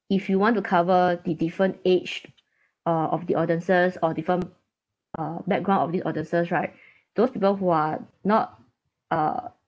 if you want to cover the different age uh of the audiences or different uh background of these audiences right those people who are not uh